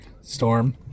storm